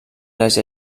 les